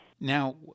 Now